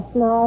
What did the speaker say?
no